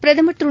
பிரதமர் திரு